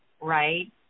right